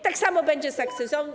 Tak samo będzie z akcyzą.